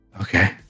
Okay